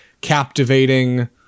captivating